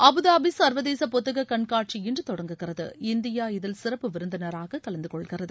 Abu Dhabi சர்வதேச புத்தக கண்காட்சி இன்று தொடங்குகிறது இந்தியா இதில் சிறப்பு விருந்தினராக கலந்துகொள்கிறது